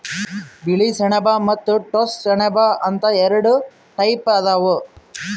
ಬಿಳಿ ಸೆಣಬ ಮತ್ತ್ ಟೋಸ್ಸ ಸೆಣಬ ಅಂತ್ ಎರಡ ಟೈಪ್ ಅದಾವ್